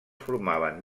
formaven